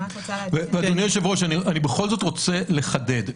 אדוני היושב-ראש, אני בכל זאת רוצה לחדד.